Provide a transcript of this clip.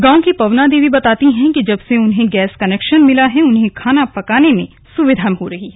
गांव की पवना देवी बताती हैं कि जब से उन्हे गैस कनैक्शन मिला है उन्हें खाना बनाने में सुविधा मिल रही है